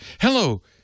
Hello